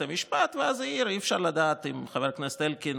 המשפט ואז העיר: אי-אפשר לדעת עם חבר הכנסת אלקין,